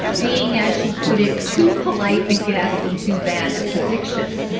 being, as, she put it, too polite a guest and too bad at predictions.